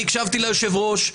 אני הקשבתי ליושב הראש.